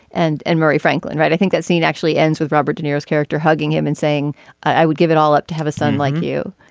and and murray franklin right i think that scene actually ends with robert de niro's character hugging him and saying i would give it all up to have a son like you.